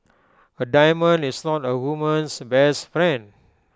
A diamond is not A woman's best friend